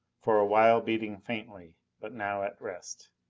for a while beating faintly, but now at rest.